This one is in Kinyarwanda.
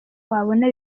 wabona